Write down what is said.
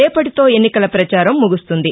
రేపటితో ఎన్నికల పచారం ముగుస్తుంది